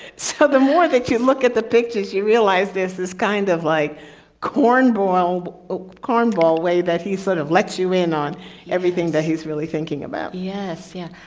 so the more that you look at the pictures you realize this is kind of like cornball cornball way that he sort of lets you in on everything that he's really thinking about. yes. yeah.